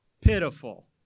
pitiful